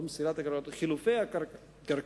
לא מסירת הקרקעות אלא חילופי הקרקעות,